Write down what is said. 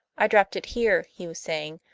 i dropped it here, he was saying.